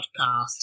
podcast